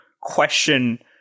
question